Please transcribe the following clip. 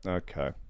okay